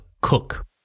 cook